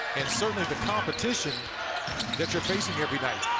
and certainly the competition that you're facing every night.